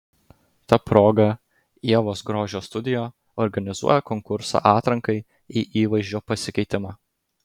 ta proga ievos grožio studija organizuoja konkursą atrankai į įvaizdžio pasikeitimą